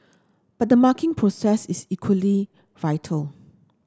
but the marking process is equally vital